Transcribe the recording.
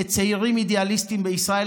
לצעירים אידיאליסטים בישראל.